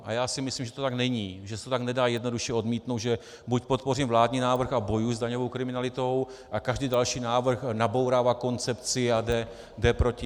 A já si myslím, že to tak není, že se to nedá tak jednoduše odmítnout, že buď podpořím vládní návrh a bojuji s daňovou kriminalitou, a každý další návrh nabourává koncepci a jde proti.